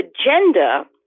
agenda